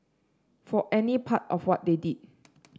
for any part of what they did